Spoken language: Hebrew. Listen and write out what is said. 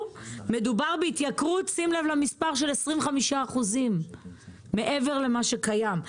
מדובר בהתייקרות של 25% מעבר למה שקיים.